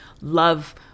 love